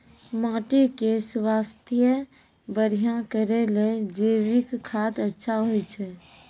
माटी के स्वास्थ्य बढ़िया करै ले जैविक खाद अच्छा होय छै?